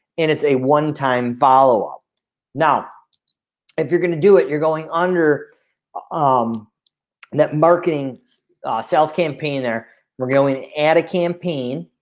and it's a one time follow up now if you're gonna do it you're going under um that marketing. ah sales campaign there we're going at a campaign